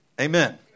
Amen